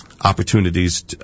opportunities